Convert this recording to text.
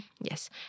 Yes